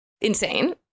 insane